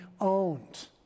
owned